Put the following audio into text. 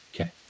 Okay